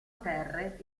terre